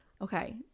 Okay